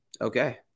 Okay